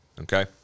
okay